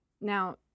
Now